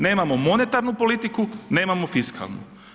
Nemamo monetarnu politiku, nemamo fiskalnu.